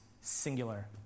singular